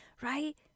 Right